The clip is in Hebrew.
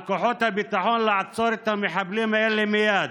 על כוחות הביטחון לעצור את המחבלים האלה מייד